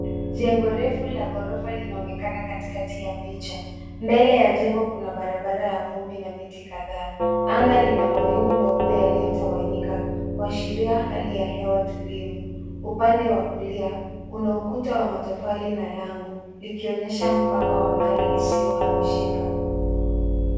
Jengo refu la ghorofa linaonekana katikati ya picha. Mbele ya jengo kuna barabara ya vumbi na miti kadhaa. Anga lina mawingu meupe yaliyotawanyika kuashiria hali ya hewa tulivu. Upande wa kulia kuna ukuta wa matofali na lango, likionyesha mpaka wa mali isiyohamishika.